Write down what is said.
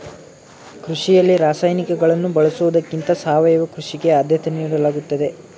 ಕೃಷಿಯಲ್ಲಿ ರಾಸಾಯನಿಕಗಳನ್ನು ಬಳಸುವುದಕ್ಕಿಂತ ಸಾವಯವ ಕೃಷಿಗೆ ಆದ್ಯತೆ ನೀಡಲಾಗುತ್ತದೆ